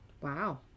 wow